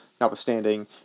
notwithstanding